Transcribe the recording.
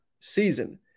season